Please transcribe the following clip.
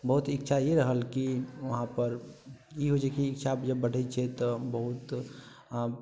बहुत इच्छा ई रहल कि वहाँपर ई होइ छै कि इच्छा जब बढ़ै छै तऽ बहुत आब